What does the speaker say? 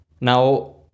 now